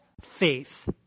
faith